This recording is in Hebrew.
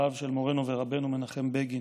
דבריו של מורנו ורבנו מנחם בגין.